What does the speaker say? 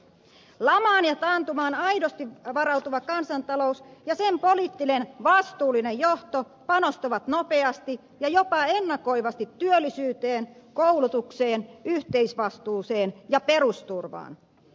lamaan ja taantumaan aidosti varautuva kansantalous ja sen poliittinen vastuullinen johto panostavat nopeasti ja jopa ennakoivasti työllisyyteen koulutukseen yhteisvastuuseen ja perusturvaan